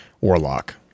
warlock